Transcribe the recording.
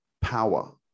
power